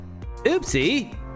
Oopsie